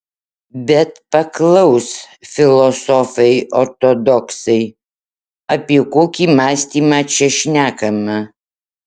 bet paklaus filosofai ortodoksai apie kokį mąstymą čia šnekama